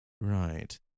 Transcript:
Right